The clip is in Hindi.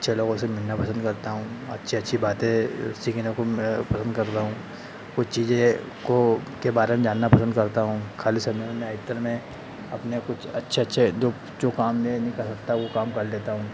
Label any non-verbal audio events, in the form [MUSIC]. अच्छे लोगों से मिलना पसंद करता हूँ अच्छे अच्छी बातें सीखने को पसंद करता हूँ कुछ चीज़ें को के बारे में जानना पसंद करता हूँ खाली समय में मैं [UNINTELLIGIBLE] में अपना कुछ अच्छा अच्छा दो [UNINTELLIGIBLE] काम ने नहीं कर सकता वो काम कर लेता हूँ